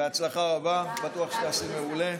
בהצלחה רבה, אני בטוח שתעשי מעולה.